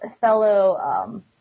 fellow